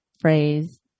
phrase